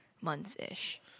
months-ish